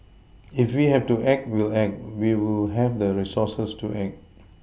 if we have to act we'll act we will have the resources to act